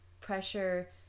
pressure